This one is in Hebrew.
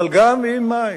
אבל גם עם מים.